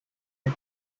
had